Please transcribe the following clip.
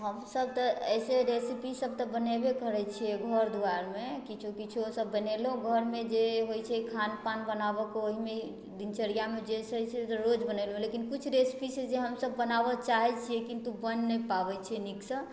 हमसब तऽ ऐसे रेसिपी सब तऽ बनेबे करै छिऐ घर दुआरमे किछु किछु सब बनेलहुँ घरमजे होइ छै खान पान बनाबऽ ओहिमे दिनचर्यामे जे होइ छै से रोज बनेलहुँ किछु रेसिपी जे छै से हमसब बनाबऽ चाहै छिऐ किन्तु बन नहि पाबै छी नीकसँ